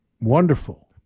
Wonderful